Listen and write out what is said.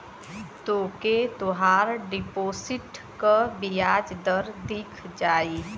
तोके तोहार डिपोसिट क बियाज दर दिख जाई